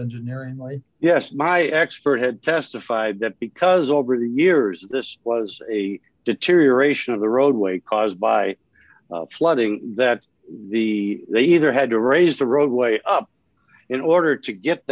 engineering lead yes my expert had testified that because over the years this was a deterioration of the roadway caused by flooding that the they either had to raise the roadway up in order to get